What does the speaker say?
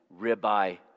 ribeye